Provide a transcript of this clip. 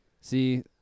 See